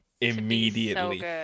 immediately